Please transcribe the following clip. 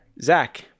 Zach